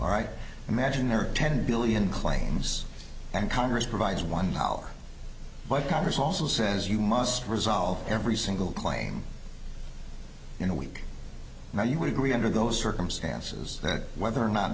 right imagine there are ten billion claims and congress provides one dollar but congress also says you must resolve every single claim in a week where you would agree under those circumstances that whether or not